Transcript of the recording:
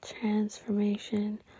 transformation